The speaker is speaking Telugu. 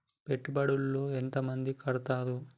పెట్టుబడుల లో ఎంత మంది కడుతరు?